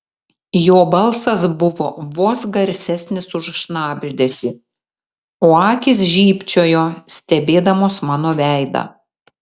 jo balsas buvo vos garsesnis už šnabždesį o akys žybčiojo stebėdamos mano veidą